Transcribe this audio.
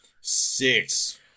Six